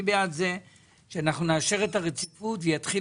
אני בעד זה שאנחנו נאשר את הרציפות ויתחיל